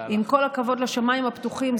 עם כל הכבוד לשמיים הפתוחים,